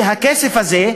שהכסף הזה,